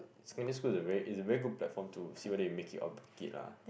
secondary school is a very is a very good platform to see whether you make it or break it lah